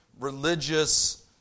religious